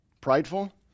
Prideful